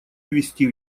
ввести